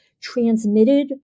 transmitted